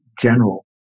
general